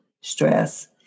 stress